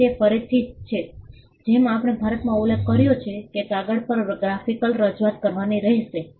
તેથી તે ફરીથી છે જેમ આપણે ભારતમાં ઉલ્લેખ કર્યો છે કે કાગળ પર ગ્રાફિકલ રજૂઆત કરવાની રહેશે